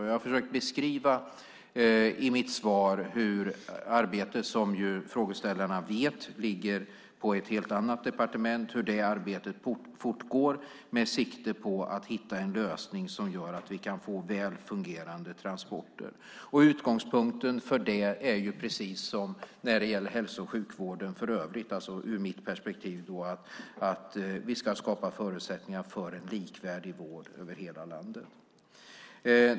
Jag har i mitt svar försökt beskriva hur arbetet, som frågeställarna vet ligger på ett helt annat departement, fortgår med sikte på att hitta en lösning som gör att vi får väl fungerande transporter. Utgångspunkten för det är precis som när det gäller hälso och sjukvården ur mitt perspektiv att vi ska skapa förutsättningar för en likvärdig vård i hela landet.